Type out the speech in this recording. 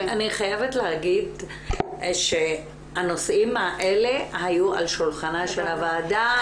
אני חייבת להגיד שהנושאים האלה היו על שולחנה של הוועדה במושב ה-20.